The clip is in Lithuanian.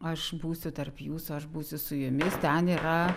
aš būsiu tarp jūsų aš būsiu su jumis ten yra